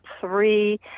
three